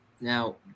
Now